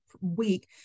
week